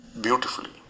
beautifully